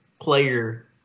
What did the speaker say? player